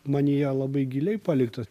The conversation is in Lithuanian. manyje labai giliai paliktas